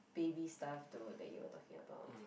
baby stuff though that you were talking about